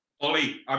ollie